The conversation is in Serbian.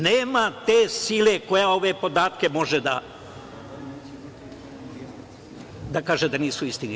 Nema te sile koja za ove podatke može da kaže da nisu istinite.